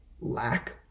lack